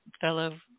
fellow